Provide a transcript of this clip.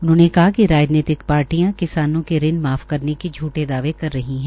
उन्होंने कहा कि राजनैतिक पार्टियां किसानों के ऋण माफ करने के झुठे दावे कर रही है